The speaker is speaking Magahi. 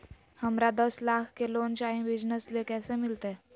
हमरा दस लाख के लोन चाही बिजनस ले, कैसे मिलते?